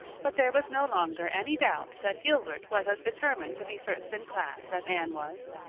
but there was no longer any doubt that gilbert was as determined to be first in class as anne was.